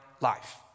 life